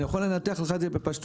אני יכול לנתח לך את זה בפשטות.